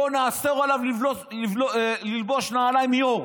בואו נאסור עליו ללבוש נעליים מעור.